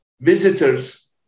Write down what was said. visitors